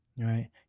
right